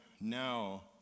now